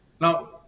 Now